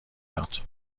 یاد